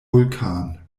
vulkan